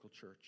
church